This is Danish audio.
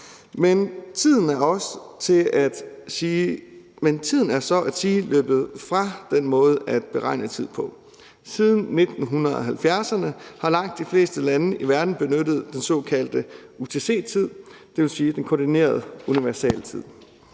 Men tiden er så at sige løbet fra den måde at beregne tid på. Siden 1970'erne har langt de fleste lande i verden benyttet den såkaldte UTC-tid, dvs. den koordinerede universaltid.